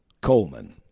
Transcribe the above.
Coleman